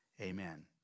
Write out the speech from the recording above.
Amen